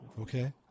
Okay